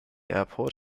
airport